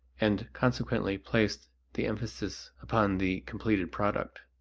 and consequently placed the emphasis upon the completed product.